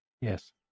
Yes